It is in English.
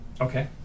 Okay